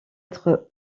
être